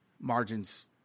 margins